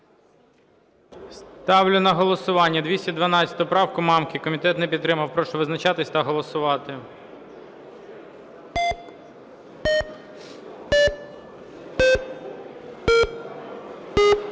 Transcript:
Ставлю на голосування 212 правку Мамки. Комітет не підтримав. Прошу визначатися та голосувати.